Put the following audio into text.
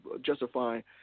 justifying